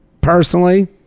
personally